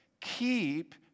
keep